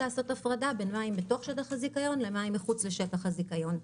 לעשות הפרדה בין מים בתוך שטח הזיכיון למים מחוץ לשטח הזיכיון.